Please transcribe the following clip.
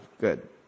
good